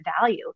value